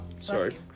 Sorry